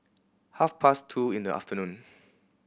half past two in the afternoon